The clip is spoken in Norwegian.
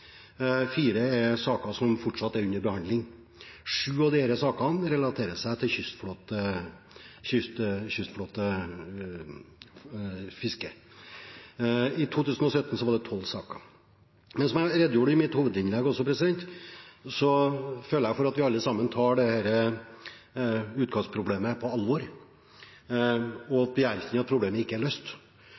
Fire av disse sakene er anmeldt, fire saker er fortsatt er under behandling. Sju av disse sakene relaterer seg til kystfiskeflåten. I 2017 var det tolv saker. Som jeg redegjorde for i mitt hovedinnlegg også, føler jeg for at vi alle sammen tar dette utkastproblemet på alvor, ut fra at problemet ikke er løst.